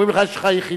אומרים לך: יש לך יחידה,